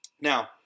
Now